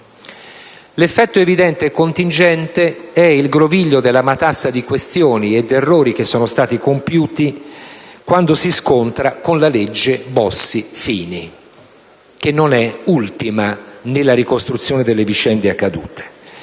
L'effetto evidente e contingente è il groviglio della matassa di questioni e di errori che sono stati compiuti quando si scontra con la legge Bossi-Fini, che non è ultima nella ricostruzione delle vicende accadute.